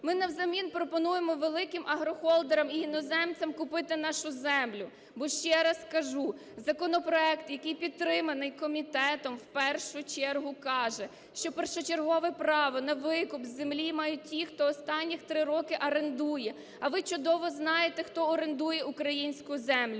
Ми навзамін пропонуємо великим агрохолдерам і іноземцям купити нашу землю, бо, ще раз кажу, законопроект, який підтриманий комітетом в першу чергу каже, що першочергове право на викуп землі мають ті, хто останніх 3 роки орендує. А ви чудово знаєте, хто орендує українську землю,